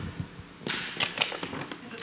arvoisa puhemies